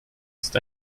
ist